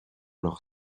leur